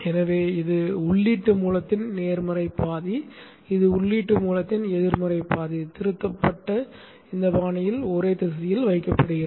எனவே இது உள்ளீட்டு மூலத்தின் நேர்மறை பாதி இது உள்ளீட்டு மூலத்தின் எதிர்மறை பாதி அவை திருத்தப்பட்டு இந்த பாணியில் ஒரே திசையில் வைக்கப்படுகிறது